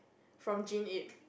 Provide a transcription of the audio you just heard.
from Jean-Yip